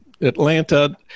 Atlanta